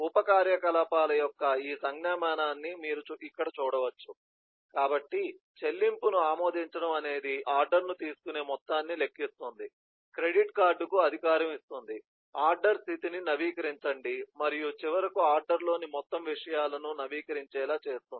ఉప కార్యకలాపాల యొక్క ఈ సంజ్ఞామానాన్ని మీరు ఇక్కడ చూడవచ్చు కాబట్టి చెల్లింపును ఆమోదించడం అనేది ఆర్డర్ను తీసుకునే మొత్తాన్ని లెక్కిస్తుంది క్రెడిట్ కార్డ్కు అధికారం ఇస్తుంది ఆర్డర్ స్థితిని నవీకరించండి మరియు చివరకు ఆర్డర్లోని మొత్తం విషయాలను నవీకరించేలా చేస్తుంది